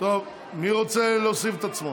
מי רוצה להוסיף את עצמו?